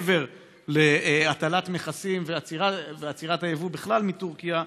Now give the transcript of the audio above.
מעבר להטלת מכסים ועצירת היבוא בכלל מטורקיה,